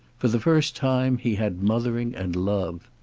for the first time he had mothering and love.